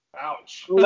Ouch